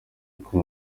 ariko